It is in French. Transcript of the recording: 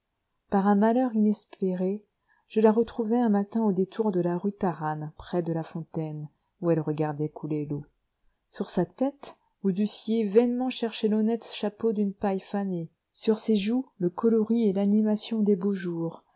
par un malheur inespéré je la retrouvai un matin au détour de la rue taranne près de la fontaine où elle regardait couler l'eau sur sa tête vous eussiez vainement cherché l'honnête chapeau d'une paille fanée sur ses joues le coloris et l'animation des beaux jours